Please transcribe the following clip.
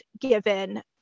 given